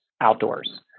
Outdoors